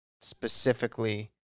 specifically